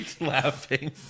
laughing